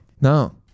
No